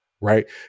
Right